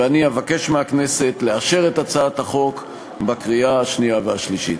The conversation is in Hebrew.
ואני אבקש מהכנסת לאשר את הצעת החוק בקריאה השנייה והשלישית.